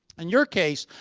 and your case,